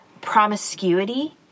promiscuity